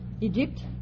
Egypt